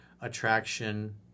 attraction